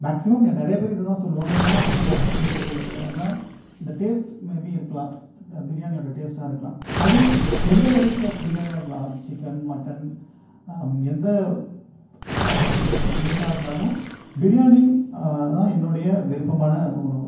maximum இங்கே நிறையா பேர் இதை தான் சொல்லுவாங்கள் ஏன் அப்படின்னால் யாருக்குமே தெரியலை ஏன்னால் அந்த டேஸ்ட்டு மேபீ இருக்கலாம் இந்த பிரியாணியோடய டேஸ்ட்டாக இருக்கலாம் அது எந்த வெரைட்டி ஆஃப் பிரியாணியாக இருக்கலாம் சிக்கன் மட்டன் எந்த மீட்டாக இருந்தாலும் பிரியாணி அதுதான் என்னுடைய விருப்பமான உணவு